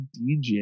DJ